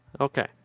okay